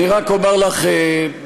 אני רק אומר לך לסיכום,